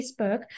Facebook